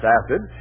acid